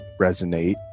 resonate